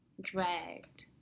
dragged